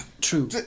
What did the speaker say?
True